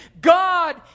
God